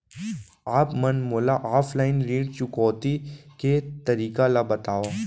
आप मन मोला ऑफलाइन ऋण चुकौती के तरीका ल बतावव?